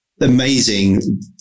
amazing